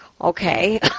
Okay